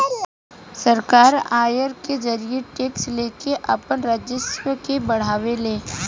सरकार आयकर के जरिए टैक्स लेके आपन राजस्व के बढ़ावे ले